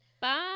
Bye